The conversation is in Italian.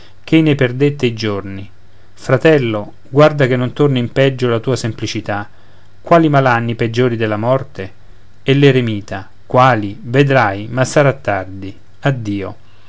man ch'ei ne perdette i giorni fratello guarda che non torni in peggio la tua semplicità quali malanni peggiori della morte e l'eremita quali vedrai ma sarà tardi addio